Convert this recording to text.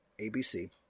ABC